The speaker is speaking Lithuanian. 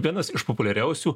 vienas iš populiariausių